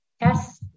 Yes